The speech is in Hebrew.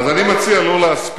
אז אני מציע לא להספיד.